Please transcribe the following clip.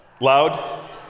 Loud